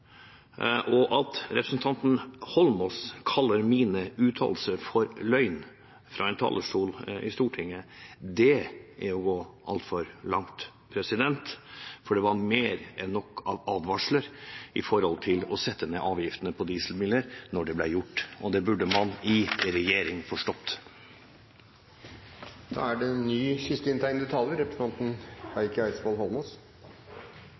og at representanten Eidsvoll Holmås kaller mine uttalelser for løgn fra talerstolen i Stortinget, er å gå altfor langt, for det var mer enn nok av advarsler når det gjaldt det å sette ned avgiftene på dieselbiler da det ble gjort. Det burde man i regjering ha forstått. Hvis uttrykket «løgn» ble benyttet, antar jeg at presidenten påtalte det.